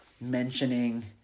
mentioning